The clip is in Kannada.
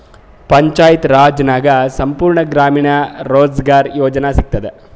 ಪಂಚಾಯತ್ ರಾಜ್ ನಾಗ್ ಸಂಪೂರ್ಣ ಗ್ರಾಮೀಣ ರೋಜ್ಗಾರ್ ಯೋಜನಾ ಸಿಗತದ